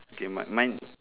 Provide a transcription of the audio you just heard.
okay mine mine